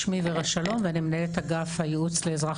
שמי ורה שלום ואני מנהל אגף הייעוץ לאזרח